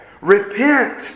Repent